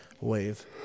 wave